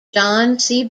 john